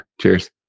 Cheers